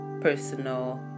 personal